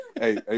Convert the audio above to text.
hey